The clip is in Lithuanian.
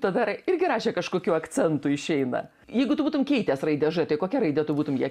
tada irgi rašė kažkokiu akcentu išeina jeigu tu būtum keitęs raidę ž tai kokia raide tu būtum ją